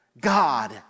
God